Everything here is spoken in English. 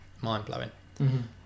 mind-blowing